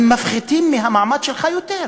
הם מפחיתים מהמעמד שלך יותר,